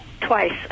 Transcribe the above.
twice